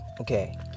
okay